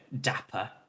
dapper